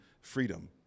freedom